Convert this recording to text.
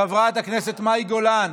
חברת הכנסת מאי גולן,